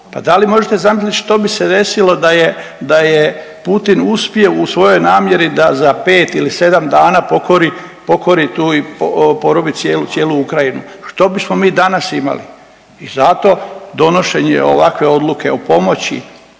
Pa da li možete zamisliti što bi se desilo da je, da je Putin uspio u svojoj namjeri da za 5 ili 7 dana pokori tu i porobi cijelu Ukrajinu, što bismo mi danas imali? I zato donošenje ovakve odluke o pomoći